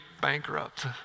bankrupt